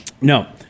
No